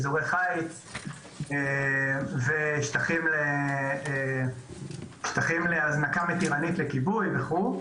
אזורי חיץ ושטחים להזנקה לכיבוי וכו'.